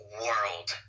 world